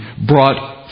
brought